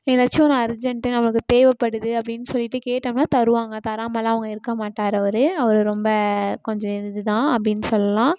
ஏதாச்சும் ஒரு அர்ஜெண்ட்டு நமக்குத் தேவைப்படுது அப்படின்னு சொல்லிவிட்டு கேட்டோம்னா தருவாங்க தராமல்லாம் அவங்க இருக்க மாட்டார் அவர் அவர் ரொம்ப கொஞ்சம் இதுதான் அப்படின்னு சொல்லலாம்